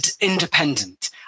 independent